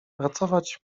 pracować